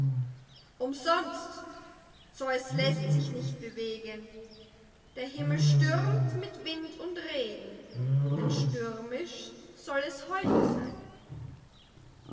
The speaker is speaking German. umsonst zeus läßt sich nicht bewegen der himmel stürmt mit wind und regen denn stürmisch sollt es heute sein